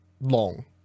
Long